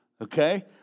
okay